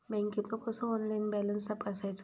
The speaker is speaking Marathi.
बँकेचो कसो ऑनलाइन बॅलन्स तपासायचो?